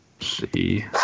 see